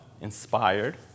Inspired